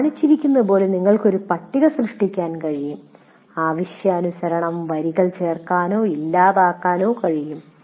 നിങ്ങൾക്ക് കാണിച്ചിരിക്കുന്നതുപോലെ ഒരു പട്ടിക സൃഷ്ടിക്കാൻ കഴിയും ആവശ്യാനുസരണം വരികൾ ചേർക്കാനോ ഇല്ലാതാക്കാനോ കഴിയും